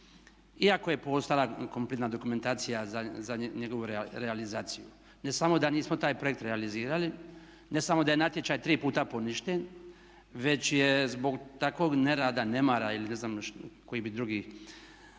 iako je postojala kompletna dokumentacija za njegovu realizaciju. Ne samo da nismo taj projekt realizirali, ne samo da je natječaj tri puta poništen već je zbog takvog nerada, nemara ili ne znam koji bi drugi,